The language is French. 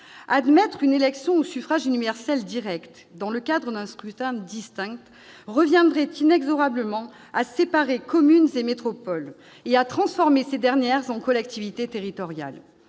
Admettre une élection au suffrage universel direct des conseils métropolitains dans le cadre d'un scrutin distinct reviendrait inexorablement à séparer communes et métropoles et à transformer ces dernières en collectivités territoriales.